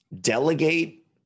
delegate